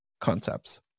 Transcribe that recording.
Concepts